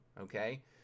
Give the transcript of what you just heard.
Okay